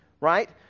right